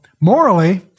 morally